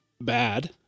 bad